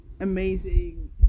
amazing